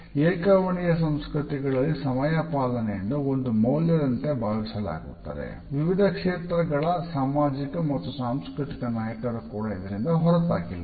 ಏಕವರ್ಣೀಯ ಸಂಸ್ಕೃತಿಗಳಲ್ಲಿ ಸಮಯಪಾಲನೆಯನ್ನು ಒಂದು ಮೌಲ್ಯದಂತೆ ಭಾವಿಸಲಾಗುತ್ತದೆ ವಿವಿಧ ಕ್ಷೇತ್ರಗಳ ಸಾಮಾಜಿಕ ಮತ್ತು ಸಾಂಸ್ಕೃತಿಕ ನಾಯಕರು ಕೂಡ ಇದರಿಂದ ಹೊರತಾಗಿಲ್ಲ